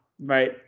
right